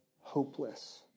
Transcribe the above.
hopeless